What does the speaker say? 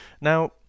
Now